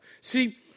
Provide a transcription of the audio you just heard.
See